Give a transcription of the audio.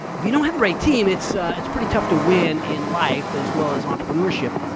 if you don't have the right team, it's it's pretty tough to win in life as well as entrepreneurship.